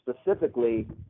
specifically